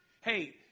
Hey